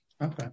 Okay